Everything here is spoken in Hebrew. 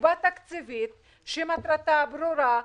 מגובה תקציבית שמטרתה ברורה,